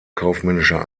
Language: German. kaufmännischer